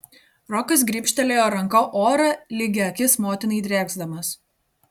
rokas grybštelėjo ranka orą lyg į akis motinai drėksdamas